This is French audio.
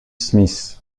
smith